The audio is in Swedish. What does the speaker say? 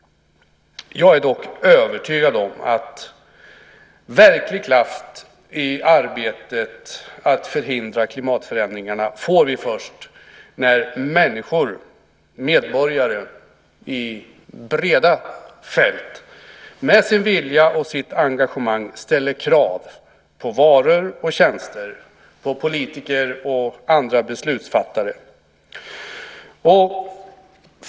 Jag är dock övertygad om att verklig kraft i arbetet att förhindra klimatförändringarna får vi först när människor, medborgare, i breda fält med sin vilja och sitt engagemang ställer krav på varor och tjänster, på politiker och andra beslutsfattare.